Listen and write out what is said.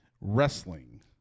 wrestling –